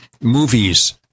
Movies